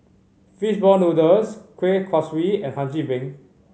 fishball noodles Kuih Kaswi and Hum Chim Peng